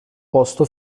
posto